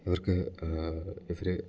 ഇവർക്ക് ഇവർ